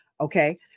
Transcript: Okay